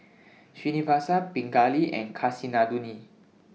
Srinivasa Pingali and Kasinadhuni